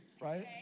right